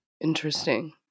Interesting